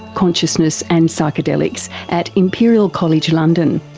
consciousness and psychedelics at imperial college london.